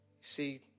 See